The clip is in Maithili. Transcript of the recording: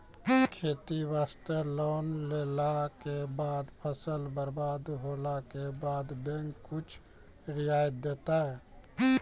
खेती वास्ते लोन लेला के बाद फसल बर्बाद होला के बाद बैंक कुछ रियायत देतै?